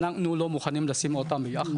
אנחנו לא מוכנים לשים אותם ביחד".